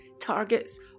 targets